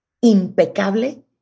impecable